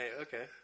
Okay